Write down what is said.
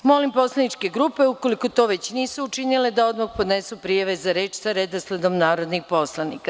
Molim poslaničke grupe, ukoliko to već nisu učinile, da odmah podnesu prijave za reč sa redosledom narodnih poslanika.